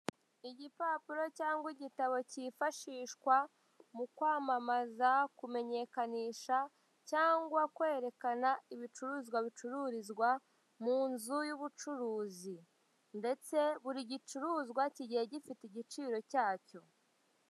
Igipapuro cyangwa igitabo cyifashishwa mu kwamamaza, kumenyekanisha cyangwa kwerekana ibicuruzwa bicururizwa mu nzu y'ubucuruzi ndetse buri gicuruzwa kigiye gifite igiciro cyacyo.